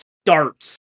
starts